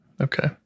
Okay